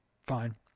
fine